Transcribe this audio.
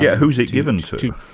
yeah who's it given to?